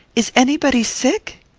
is anybody sick?